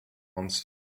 once